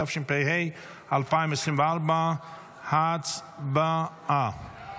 התשפ"ה 2024. הצבעה.